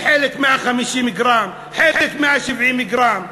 בחלק 150 גרם, בחלק 170 גרם.